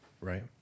right